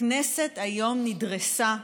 הכנסת היום נדרסה.